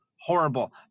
horrible